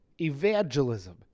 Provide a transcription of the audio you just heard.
evangelism